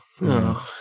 No